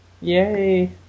Yay